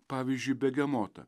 pavyzdžiui begemotą